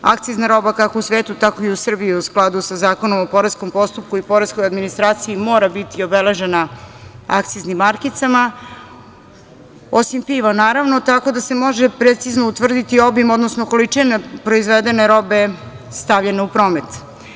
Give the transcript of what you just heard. Akcizna roba kako u svetu, tako i u Srbiji je u skladu sa Zakonom o poreskom postupku i poreskoj administraciji mora biti obeležena akciznim markicama, osim piva, naravno, tako da se može precizno utvrditi obim, odnosno količina proizvedene robe stavljena u promet.